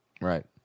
Right